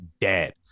dead